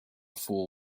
fool